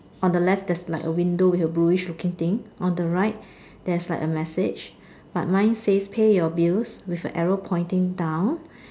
on the left there's like a window with a bluish looking thing on the right there's like a message but mine says pay your bills with an arrow pointing down